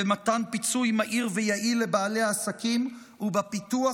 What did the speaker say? במתן פיצוי מהיר ויעיל לבעלי העסקים ובפיתוח